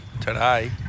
today